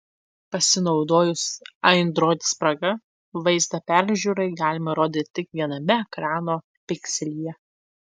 pasinaudojus android spraga vaizdą peržiūrai galima rodyti tik viename ekrano pikselyje